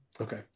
Okay